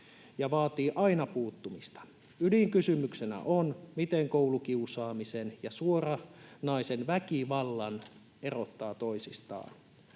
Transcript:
vaatii aina puuttumista. Ydinkysymyksenä on, miten koulukiusaamisen ja suoranaisen väkivallan erottaa toisistaan.